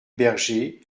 berger